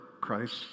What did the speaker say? Christ